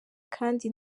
kandi